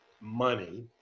money